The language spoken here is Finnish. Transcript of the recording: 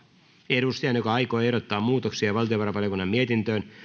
edustajan joka aikoo ehdottaa muutoksia valtiovarainvaliokunnan mietintöön